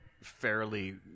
fairly